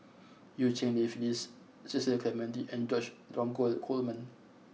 Eu Cheng Li Phyllis Cecil Clementi and George Dromgold Coleman